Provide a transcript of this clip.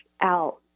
out